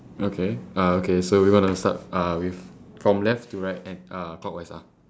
okay uh okay so we want to start uh with from left to right and uh clockwise ah